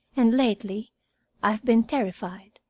and lately i have been terrified.